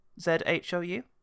Z-H-O-U